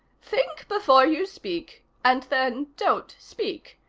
think before you speak and then don't speak.